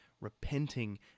repenting